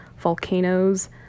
volcanoes